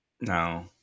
no